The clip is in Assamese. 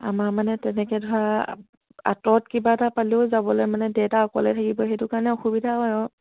আমাৰ মানে তেনেকৈ ধৰা আঁতৰত কিবা এটা পালেও যাবলৈ মানে দেউতা অকলে থাকিব সেইটো কাৰণে অসুবিধা হয় আৰু